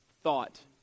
thought